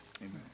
Amen